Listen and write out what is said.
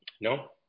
no